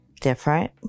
different